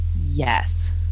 Yes